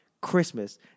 Christmas